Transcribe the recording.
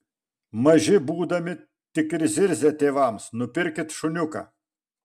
maži būdami tik ir zirzia tėvams nupirkit šuniuką